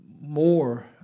more